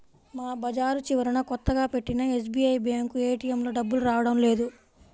మా బజారు చివరన కొత్తగా పెట్టిన ఎస్బీఐ బ్యేంకు ఏటీఎంలో డబ్బులు రావడం లేదు